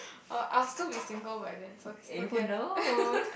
oh I will still be single by then so still can